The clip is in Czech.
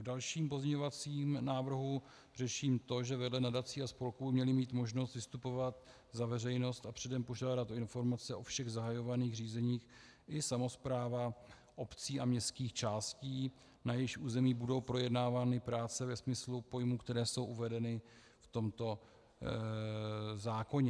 V dalším pozměňovacím návrhu řeším to, že vedle nadací a spolků měly mít možnost vystupovat za veřejnost a předem požádat o informace o všech zahajovaných řízeních i samosprávy obcí a městských částí, na jejichž území budou projednávány práce ve smyslu pojmů, které jsou uvedeny v tomto zákoně.